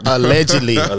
Allegedly